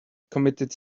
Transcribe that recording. committed